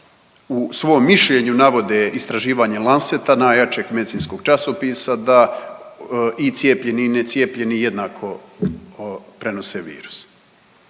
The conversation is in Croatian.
u svom mišljenju navode istraživanje Lanceta, najjačeg medicinskog časopisa da i cijepljeni i ne cijepljeni jednako prenose virus?